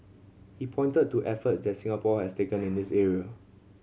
he pointed to efforts that Singapore has taken in this area